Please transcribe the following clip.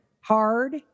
hard